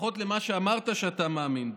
לפחות למה שאמרת שאתה מאמין בו.